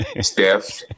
Steph